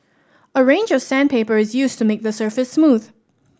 a range of sandpaper is used to make the surface smooth